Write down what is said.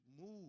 move